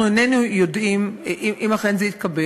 אנחנו איננו יודעים אם אכן זה יתקבל.